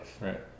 right